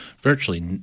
virtually